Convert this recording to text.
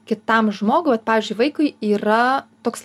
kitam žmogui vat pavyzdžiui vaikui yra toks